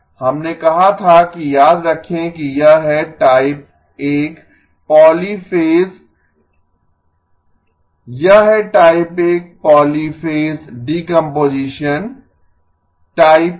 हमने कहा था कि याद रखें कि यह है टाइप 1 पॉलीफ़ेज़ यह है टाइप 1 पॉलीफ़ेज़ डीकम्पोजीशन टाइप 1